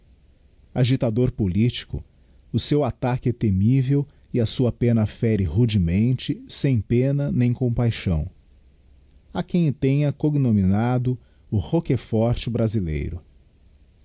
agitador politico o seu ataque é temível e a sua penna fere rudemente sem pena nem compaixão ha quem o tenha cognominado o rcchefort brasileiro